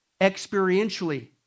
Experientially